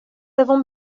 avons